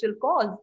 cause